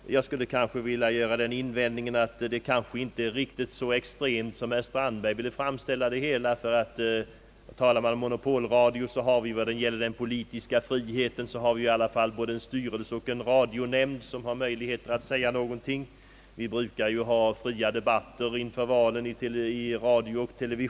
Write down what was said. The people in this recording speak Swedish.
Möjligen skulle jag vilja göra den invändningen mot herr Strandberg, att det hela kanske inte är riktigt så extremt som han ville göra gällande. Talar man om monopolradio så har vi väl ändå — vad gäller den politiska friheten — både en styrelse och en radionämnd med möjligheter att säga sin mening. Inför valen brukar vi ju också ha fria debatter i radio och TV.